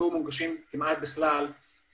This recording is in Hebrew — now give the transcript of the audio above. זה גוף מאוד עמוק ומשמעותי שנמצא בכיס של כל אזרח,